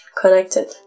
connected